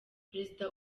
perezida